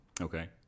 Okay